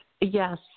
Yes